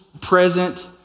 present